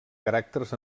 caràcters